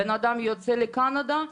בן אדם יוצא לקנדה,